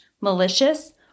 malicious